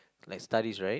like studies right